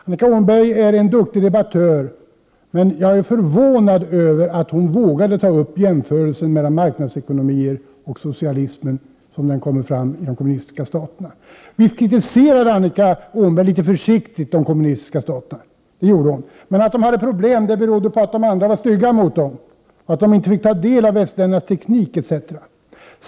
Annika Åhnberg är en duktig debattör, men jag är förvånad över att hon vågade jämföra marknadsekonomier och socialism såsom den kommer fram i de kommunistiska staterna. Visst kritiserade Annika Åhnberg litet försiktigt de kommunistiska staterna. Men att de har problem berodde på att alla var stygga mot dem, att de inte fick ta del av västländernas teknik osv.